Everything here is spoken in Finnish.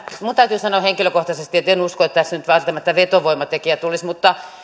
minun täytyy sanoa henkilökohtaisesti että en usko että tästä nyt välttämättä vetovoimatekijää tulisi mutta